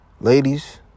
Ladies